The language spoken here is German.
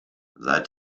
seit